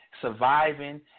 surviving